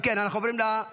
אם כן, אנחנו עוברים להצעה